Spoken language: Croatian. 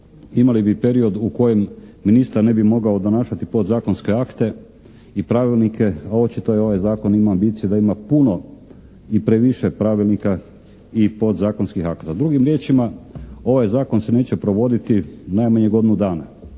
imali bi period u kojem ministar ne bi mogao donašati podzakonske akte i pravilnike, a očito ovaj zakon ima ambiciju da ima puno i previše pravilnika i podzakonskih akata. Drugim riječima ovaj zakon se neće provoditi najmanje godinu dana